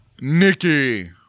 Nikki